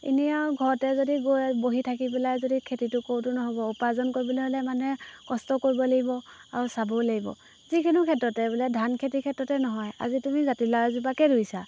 এনেই আৰু ঘৰতে যদি গৈ বহি থাকি পেলাই যদি খেতিটো কৰোঁতো নহ'ব উপাৰ্জন কৰিবলৈ হ'লে মানুহে কষ্ট কৰিব লাগিব আৰু চাবও লাগিব যিকোনো ক্ষেত্ৰতে বোলে ধান খেতিৰ ক্ষেত্ৰতে নহয় আজি তুমি জাতিলাও এজোপাকে ৰুইছা